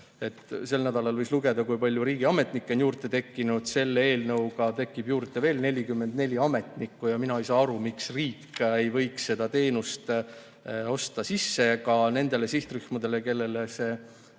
Sel nädalal võis lugeda, kui palju riigiametnikke on juurde tekkinud. Selle eelnõuga tekib juurde veel 44 ametnikku. Mina ei saa aru, miks riik ei võiks seda teenust osta sisse. Ka nendele sihtrühmadele, kellele see